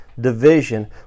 division